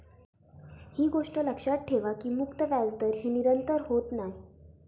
ही गोष्ट लक्षात ठेवा की मुक्त व्याजदर ही निरंतर होत नाय